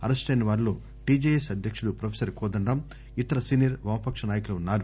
అరెస్టయిన వారిలో టీజేఎస్ అధ్యకుడు ప్రొఫెసర్ కోదండరాం ఇతర సీనియర్ వామపక్ష నాయకులు ఉన్నారు